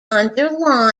under